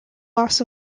loss